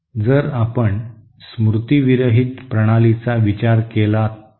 जर आपण स्मृती विरहित प्रणालीचा विचार केला तर